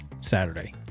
Saturday